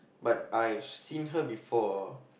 but I've seen her before